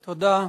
תודה.